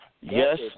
Yes